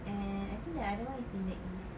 and I think the other one is in the east